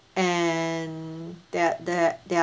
and there there there are